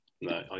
no